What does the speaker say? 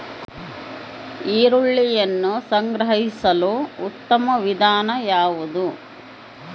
ಈರುಳ್ಳಿಯನ್ನು ಸಂಗ್ರಹಿಸಲು ಉತ್ತಮ ವಿಧಾನ ಯಾವುದು?